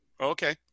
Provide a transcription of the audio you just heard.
Okay